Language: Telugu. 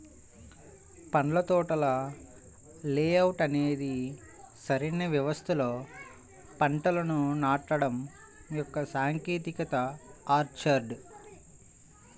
పండ్ల తోటల లేఅవుట్ అనేది సరైన వ్యవస్థలో పంటలను నాటడం యొక్క సాంకేతికత ఆర్చర్డ్